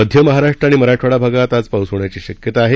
मध्य महाराष्ट्र आणि मराठवाडा भागात आज पाऊस होण्याची शक्यता आहे